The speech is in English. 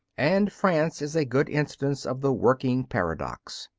and france is a good instance of the working paradox.